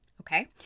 okay